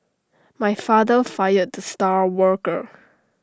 my father fired star worker